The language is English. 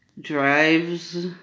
drives